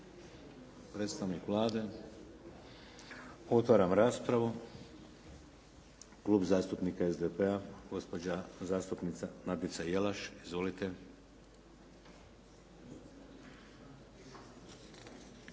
Predstavnik Vlade? Otvaram raspravu. Klub zastupnika SDP-a gospođa zastupnica Nadica Jelaš. Izvolite.